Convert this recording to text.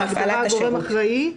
להגדרה "גורם אחראי".